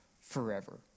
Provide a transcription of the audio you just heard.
forever